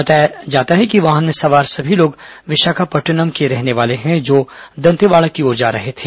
बताया जा रहा है कि वाहन में सवार सभी लोग विशाखापट्टनम के रहने वाले हैं जो दंतेवाड़ा की ओर जा रहे थे